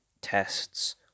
tests